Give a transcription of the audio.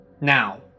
Now